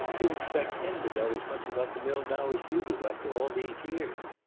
you expect him to know as much about the mill now as you do, after all these years.